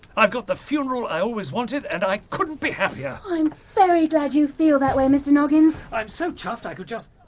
i've got the funeral i always wanted and i couldn't be happier! i'm very glad you feel that way, mr noggins. i'm so chuffed i could just,